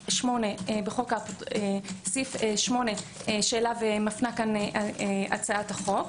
סעיף 8 שאליו מפנה הצעת החוק,